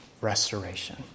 restoration